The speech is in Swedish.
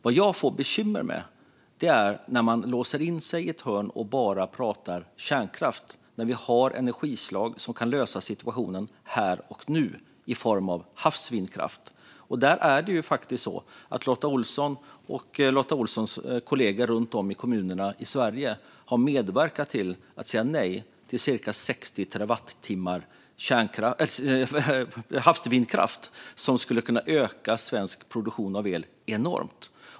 Det jag får bekymmer med är när man låser in sig i ett hörn och bara pratar kärnkraft när vi har energislag i form av havsvindkraft som kan lösa situationen här och nu. Där är det faktiskt så att Lotta Olsson och hennes kollegor runt om i kommunerna i Sverige har medverkat till att säga nej till cirka 60 terawattimmar havsvindkraft som hade kunnat öka svensk produktion av el enormt.